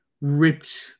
ripped